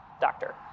doctor